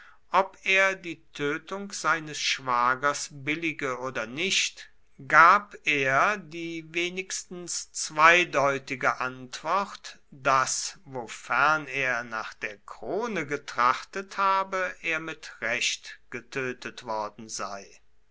ob er die tötung seines schwagers billige oder nicht gab er die wenigstens zweideutige antwort daß wofern er nach der krone getrachtet habe er mit recht getötet worden sei